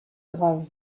grave